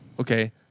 okay